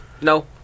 No